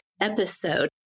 episode